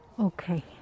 Okay